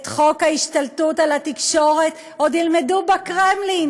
את חוק ההשתלטות על התקשורת עוד ילמדו בקרמלין.